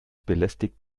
belästigt